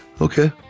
Okay